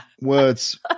words